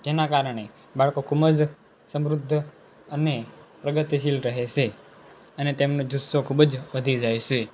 તેનાં કારણે બાળકો ખૂબ જ સમૃદ્ધ અને પ્રગતિશીલ રહે છે અને તેમનો જુસ્સો ખૂબ જ વધી જાય છે